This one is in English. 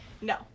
No